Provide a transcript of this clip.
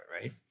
right